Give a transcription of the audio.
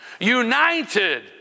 united